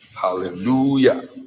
hallelujah